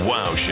Wow